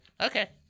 okay